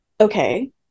okay